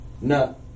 No